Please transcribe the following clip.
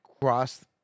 cross